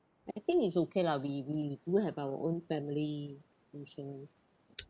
I think it's okay lah we we do have our own family insurance